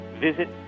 visit